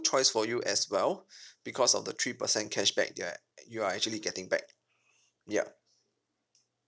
choice for you as well because of the three percent cashback that you are actually getting back ya